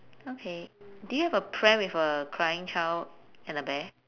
okay do you have a pram with a crying child and a bear